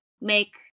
make